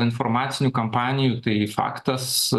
informacinių kampanijų tai faktas